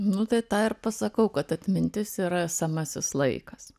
nu tai tą ir pasakau kad atmintis yra esamasis laikas